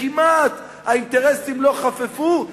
וכמעט שהאינטרסים לא חפפו,